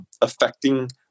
affecting